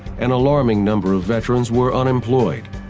and alarming number of veterans were unemployed,